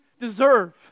deserve